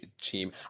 team